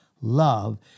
love